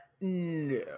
No